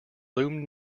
loomed